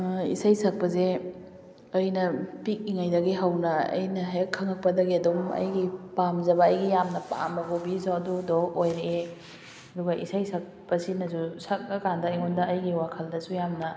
ꯏꯁꯩ ꯁꯛꯄꯁꯦ ꯑꯩꯅ ꯄꯤꯛꯂꯤꯉꯩꯗꯒꯤ ꯍꯧꯅ ꯑꯩꯅ ꯍꯦꯛ ꯈꯪꯂꯛꯄꯗꯒꯤ ꯑꯗꯨꯝ ꯑꯩꯒꯤ ꯄꯥꯝꯖꯕ ꯑꯩꯒꯤ ꯌꯥꯝꯅ ꯄꯥꯝꯕ ꯍꯣꯕꯤꯁꯨ ꯑꯗꯨꯗꯣ ꯑꯣꯏꯔꯛꯑꯦ ꯑꯗꯨꯒ ꯏꯁꯩ ꯁꯛꯄ ꯁꯤꯅꯁꯨ ꯁꯛꯑ ꯀꯥꯟꯗ ꯑꯩꯉꯣꯟꯗ ꯑꯩꯒꯤ ꯋꯥꯈꯜꯗꯁꯨ ꯌꯥꯝꯅ